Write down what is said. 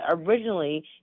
Originally